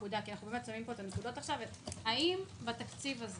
אני רוצה לשים פה נקודה: האם בתקציב הזה